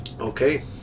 Okay